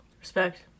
Respect